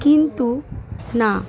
কিন্তু না